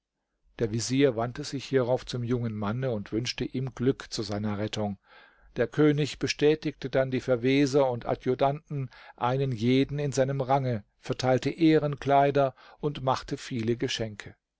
der vezier wandte sich hierauf zum jungen manne und wünschte ihm glück zu seiner rettung der könig bestätigte dann die verweser und adjutanten einen jeden in seinem range verteilte ehrenkleider und machte viele geschenke